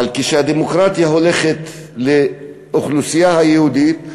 אבל כשהדמוקרטיה הולכת לאוכלוסייה היהודית,